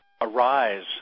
arise